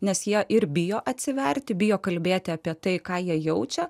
nes jie ir bijo atsiverti bijo kalbėti apie tai ką jaučia